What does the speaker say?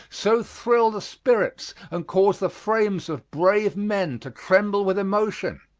so thrill the spirits and cause the frames of brave men to tremble with emotion?